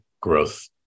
growth